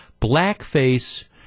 Blackface